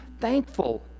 thankful